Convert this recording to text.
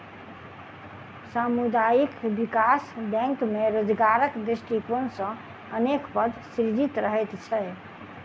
सामुदायिक विकास बैंक मे रोजगारक दृष्टिकोण सॅ अनेक पद सृजित रहैत छै